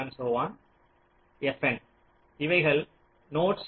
fn இவைகள் notes